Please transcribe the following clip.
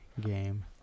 game